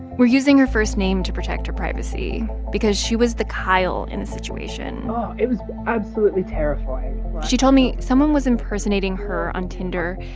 we're using her first name to protect her privacy because she was the kyle in the situation oh, it was absolutely terrifying she told me someone was impersonating her on tinder.